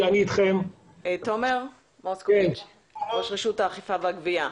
תומר מוסקוביץ, ראש רשות האכיפה והגבייה,